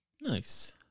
Nice